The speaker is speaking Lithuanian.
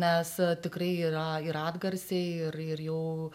nes tikrai yra ir atgarsiai ir ir jau